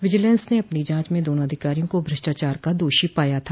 vigilance ने अपनी जांच में दोनों अधिकारियों को भ्रष्टाचार का दोषी पाया था